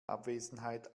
abwesenheit